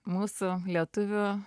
mūsų lietuvių